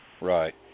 right